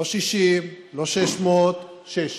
לא 60, לא 600, שש.